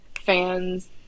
fans